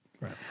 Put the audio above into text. Right